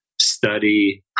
study